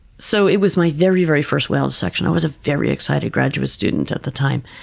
so it was my very, very first whale dissection. i was a very excited graduate student at the time.